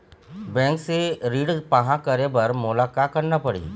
Bank से ऋण पाहां करे बर मोला का करना पड़ही?